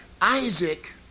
Isaac